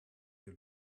hier